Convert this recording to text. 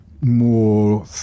More